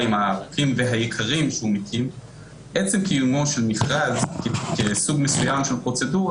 עצם קיומו של מכרז כסוג מסוים של פרוצדורה